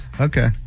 Okay